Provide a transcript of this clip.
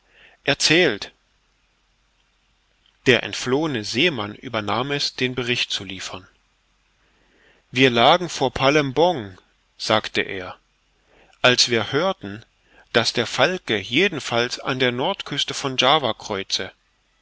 erzählt der entflohene seemann übernahm es den bericht zu liefern wir lagen vor palembong sagte er als wir hörten daß der falke jedenfalls an der nordküste von java kreuze